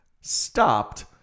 stopped